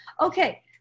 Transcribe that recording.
Okay